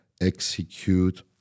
execute